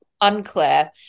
Unclear